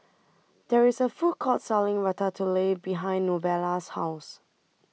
There IS A Food Court Selling Ratatouille behind Novella's House